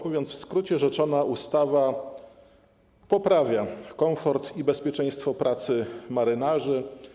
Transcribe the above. Mówiąc w skrócie, rzeczona ustawa poprawia komfort i bezpieczeństwo pracy marynarzy.